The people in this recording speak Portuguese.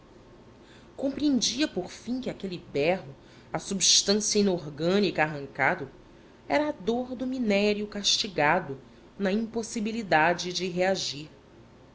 compreendia por fim que aquele berro à substância inorgânica arrancado era a dor do minério castigado na impossibilidade de reagir